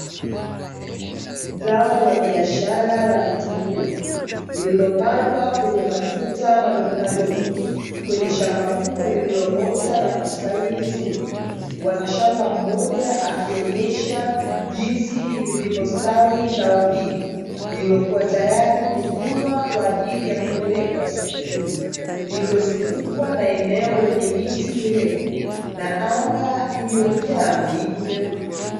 Zao la biashara la kitunguu, lililopandwa kwenye matuta madogomadogo, kwenye shamba kubwa lililoota na kustawi vizuri. Bwana shamba mmoja akionyesha jinsi lilivyostawi zao hili, lililokuwa tayari kuvunwa kwa ajili ya kupelekwa sokoni. Lililozungukwa na eneo lenye miti mirefu, na anga iliyojaa mawingu meupe.